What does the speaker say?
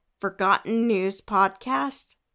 ForgottenNewsPodcast